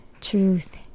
truth